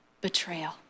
betrayal